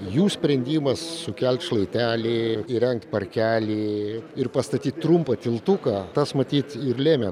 jų sprendimas sukelt šlaitelį įrengt parkelį ir pastatyt trumpą tiltuką tas matyt ir lėmė